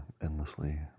endlessly